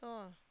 so uh